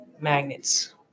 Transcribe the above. magnets